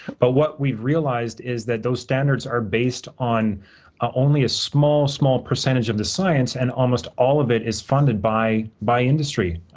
but, what we've realized is that those standards are based on ah only a small, small percentage of the science, and almost all of it is funded by industry. industry.